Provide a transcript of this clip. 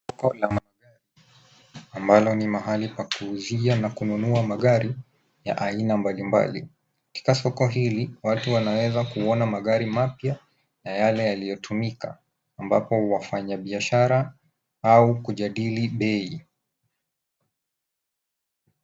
Soko la magari ambalo ni mahali pa kuuzia na kununua magari ya aina mbalimbali. Katika soko hili, watu wanaweza kuona magari mapya na yale yaliyotumika ambapo wafanya biashara au kujadili bei.